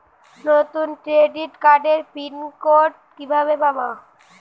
নতুন ক্রেডিট কার্ডের pin code কিভাবে পাব?